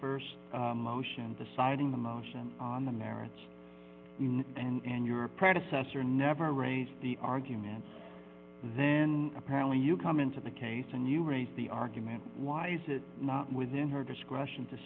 st motion deciding the motion on the merits and your predecessor never raised the argument then apparently you come into the case and you raise the argument why is it not within her discretion to